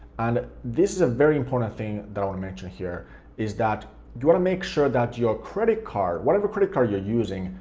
and this is a very important thing that i want to mention here is that you want to make sure that your credit card, whatever credit card you're using,